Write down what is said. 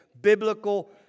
biblical